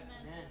Amen